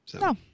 No